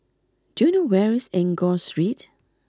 do you know where is Enggor Street